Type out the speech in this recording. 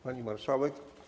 Pani Marszałek!